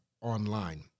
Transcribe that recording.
online